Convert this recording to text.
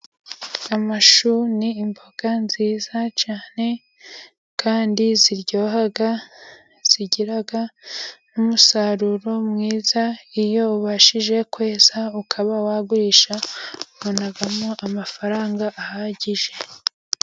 Amashu n'imboga nziza cyane kandi ziryoha, zigira n'umusaruro mwiza, iyo ubashije kweza ukaba wagurisha ubonamo amafaranga ahagije.